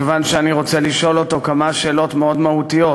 מכיוון שאני רוצה לשאול אותו כמה שאלות מאוד מהותיות.